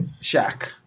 Shaq